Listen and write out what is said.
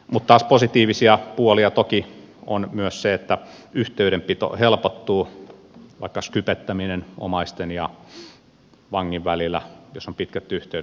mutta taas positiivisia puolia toki on myös se että yh teydenpito helpottuu vaikka skypettäminen omaisten ja vangin välillä jos on pitkät yhteydet